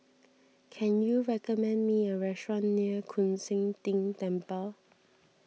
can you recommend me a restaurant near Koon Seng Ting Temple